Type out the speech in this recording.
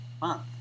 month